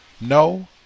No